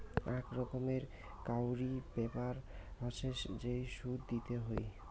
আক রকমের কাউরি ব্যাপার হসে যেই সুদ দিতে হই